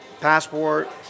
passport